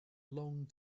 long